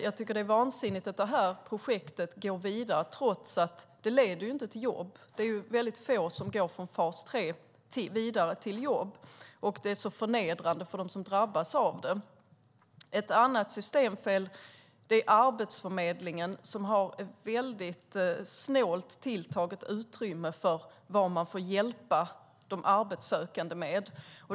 Jag tycker att det är vansinnigt att det här projektet går vidare trots att det inte leder till jobb. Det är väldigt få som går från fas 3 vidare till jobb, och det är förnedrande för dem som drabbas av det. Ett annat systemfel är att Arbetsförmedlingen har ett mycket snålt tilltaget utrymme när det gäller vad man får hjälpa de arbetssökande med.